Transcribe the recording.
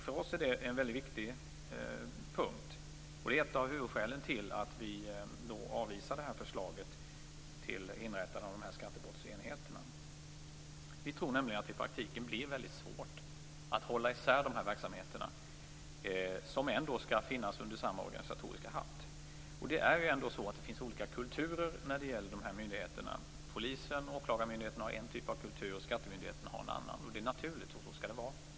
För oss är det en mycket viktig punkt. Det är ett av huvudskälen till att vi avvisar förslaget om inrättande av skattebrottsenheter. Vi tror nämligen att det i praktiken blir svårt att hålla isär verksamheterna som ändå skall finnas under samma organisatoriska hatt. Det är ändå så att det finns olika kulturer när det gäller de här myndigheterna. Polisen och åklagarmyndigheterna har en typ av kultur, skattemyndigheterna har en annan. Det är naturligt, och så skall det vara.